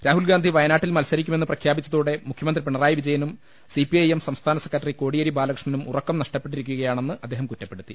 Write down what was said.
രാഹുൽഗാന്ധി വയനാട്ടിൽ മത്സരിക്കുമെന്ന് പ്രഖ്യാപി ച്ചതോടെ മുഖ്യമന്ത്രി പിണറായി വിജയനും സി പി ഐ എം സംസ്ഥാന സെക്രട്ടറി കോടിയേരി ബാലകൃഷ്ണനും ഉറക്കം നഷ്ടപ്പെട്ടിരിക്കുകയാണെന്ന് അദ്ദേഹം കുറ്റപ്പെടു ത്തി